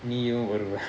நீயும் வருவ:neeum varuva